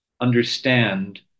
understand